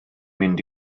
mynd